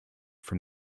from